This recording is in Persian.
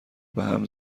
بهم